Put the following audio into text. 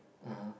(uh huh)